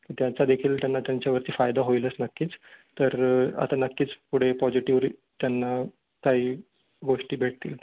त्यांचा देखील त्यांना त्यांच्यावरती फायदा होईलच नक्कीच तर आता नक्कीच पुढे पॉझिटिव्ह त्यांना काही गोष्टी भेटतील